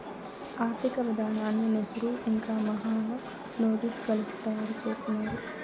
ఆర్థిక విధానాన్ని నెహ్రూ ఇంకా మహాలనోబిస్ కలిసి తయారు చేసినారు